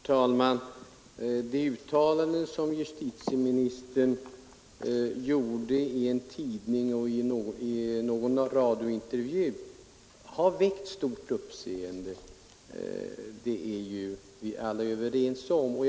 Herr talman! Det uttalande som justitieministern gjorde i en tidning och i en radiointervju har väckt ett mycket stort uppseende, det är vi alla överens om.